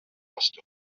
vastu